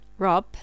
Rob